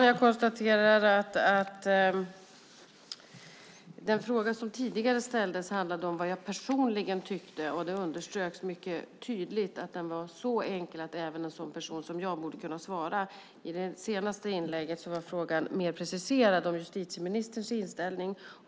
Fru talman! Den fråga som tidigare ställdes handlade om vad jag personligen tyckte. Det underströks mycket tydligt att den var så enkel att även en sådan person som jag borde kunna svara. I det senaste inlägget var frågan mer preciserad till justitieministerns inställning.